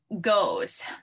goes